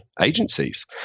agencies